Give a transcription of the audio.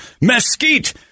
mesquite